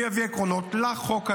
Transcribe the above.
אני אביא עקרונות לחוק הקיים,